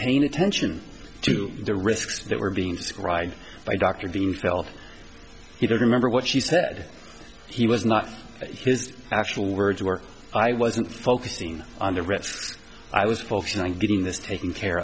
paying attention to the risks that were being described by dr dean felt he did remember what she said he was not his actual words were i wasn't focusing on the rest i was focusing on getting this taken care